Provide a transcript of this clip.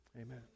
amen